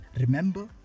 remember